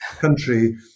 country